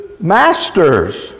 masters